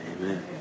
Amen